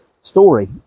story